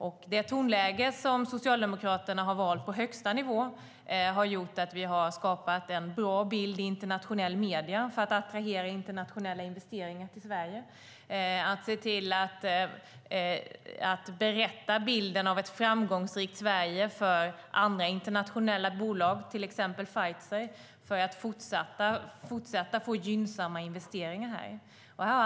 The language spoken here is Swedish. Det tonläge som Socialdemokraterna valt på högsta nivå har gjort att vi skapat en bra bild i internationella medier för att locka internationella investeringar till Sverige. Det har gjort att vi för andra internationella bolag kunnat förmedla bilden av ett framgångsrikt Sverige, till exempel för Pfizer, för att även fortsättningsvis få gynnsamma investeringar till landet.